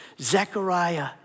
Zechariah